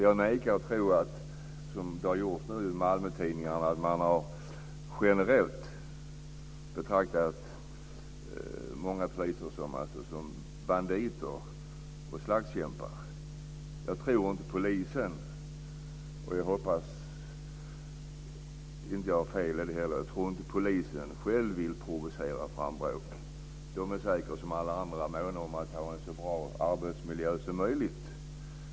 Jag vägrar att tro att det är så, som det står i Malmötidningarna, att många poliser generellt betraktas som banditer och slagskämpar. Jag tror inte att polisen - jag hoppas att jag inte har fel - vill provocera fram bråk. De är säkert, som alla andra, måna om att ha en så bra arbetsmiljö som möjligt.